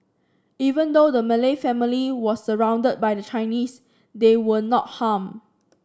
even though the Malay family was surrounded by the Chinese they were not harmed